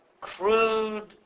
crude